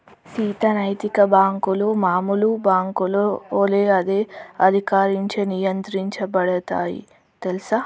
సీత నైతిక బాంకులు మామూలు బాంకుల ఒలే అదే అధికారంచే నియంత్రించబడుతాయి తెల్సా